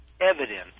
evidence